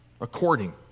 According